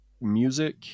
music